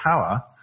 power